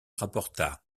rapporta